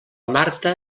marta